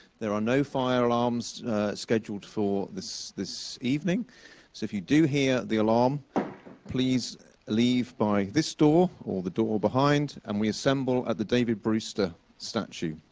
there are no fire alarms scheduled for this this evening. so if you do hear the alarm please leave by this door or the door behind, and we assemble at the david brewster statue,